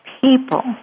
people